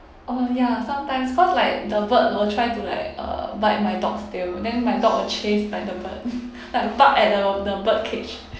oh ya sometimes cause like the bird will try to like uh bite my dog's tail then my dog will chase like the bird like bark at the the bird cage